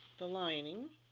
the lining.